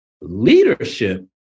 Leadership